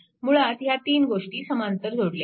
मुळात ह्या तीन गोष्टी समांतर जोडलेल्या आहेत